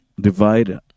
Divide